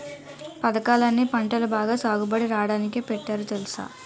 పదకాలన్నీ పంటలు బాగా సాగుబడి రాడానికే పెట్టారు తెలుసా?